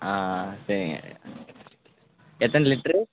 ஆ ஆ சரிங்க எத்தனை லிட்ரு